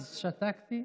אז שתקתי,